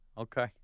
Okay